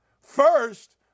First